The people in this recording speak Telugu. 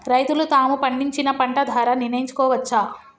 రైతులు తాము పండించిన పంట ధర నిర్ణయించుకోవచ్చా?